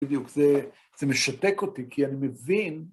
בדיוק זה משתק אותי, כי אני מבין...